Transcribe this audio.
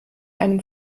einem